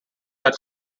that